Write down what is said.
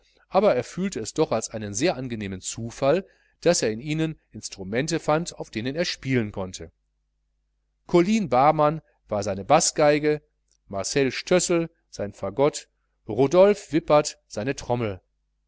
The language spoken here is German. aber er fühlte es doch als einen sehr angenehmen zufall daß er in ihnen instrumente fand auf denen er spielen konnte colline barmann war seine baßgeige marcel stössel sein fagott rodolphe wippert seine trommel